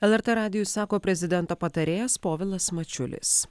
lrt radijui sako prezidento patarėjas povilas mačiulis